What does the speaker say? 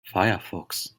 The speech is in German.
firefox